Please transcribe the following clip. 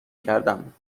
کردم